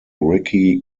ricky